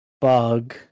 bug